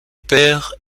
père